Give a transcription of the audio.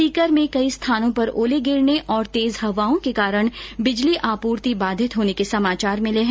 सीकर में कई स्थानों पर ओले गिरने तथा तेज हवाओं के कारण बिजली आपूर्ति बाधित होने के भी समाचार मिले है